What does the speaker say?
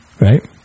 right